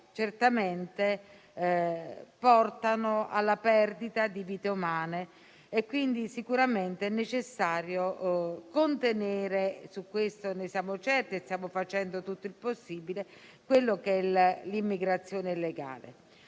certamente portano alla perdita di vite umane. È quindi sicuramente necessario contenere - ne siamo certi e stiamo facendo tutto il possibile - l'immigrazione illegale.